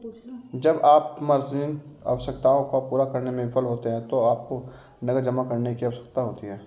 जब आप मार्जिन आवश्यकताओं को पूरा करने में विफल होते हैं तो आपको नकद जमा करने की आवश्यकता होती है